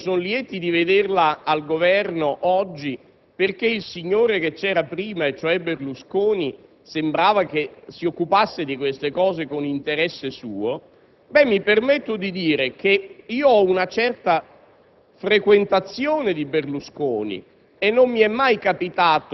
alcuni parlamentari dell'Udeur e dell'Italia dei Valori dicono che sono lieti di vederla al Governo oggi perché il signore che c'era prima, cioè Berlusconi, sembrava che si occupasse di queste cose con interesse suo, mi permetto di dire al presidente